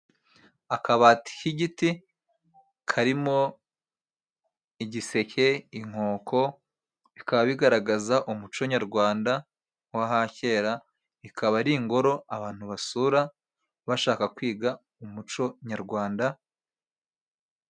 Aakabati k'igiti karimo: Igiseke, inkoko bikaba bigaragaza umuco nyarwanda w'ahakera. Ikaba ari ingoro abantu basura bashaka kwiga umuco Nyarwanda.